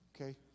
okay